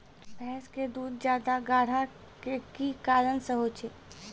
भैंस के दूध ज्यादा गाढ़ा के कि कारण से होय छै?